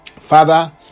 Father